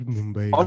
Mumbai